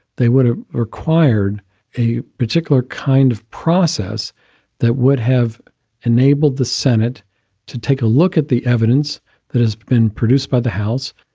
they would have ah required a particular kind of process that would have enabled the senate to take a look at the evidence that has been produced by the house.